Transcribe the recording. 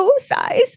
size